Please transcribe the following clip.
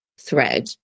thread